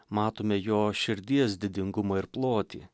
matome jo širdies didingumą ir plotį